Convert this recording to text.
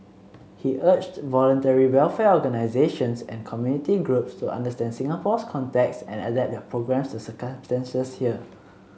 he urged Voluntary Welfare Organisations and community groups to understand Singapore's context and adapt their programmes to circumstances here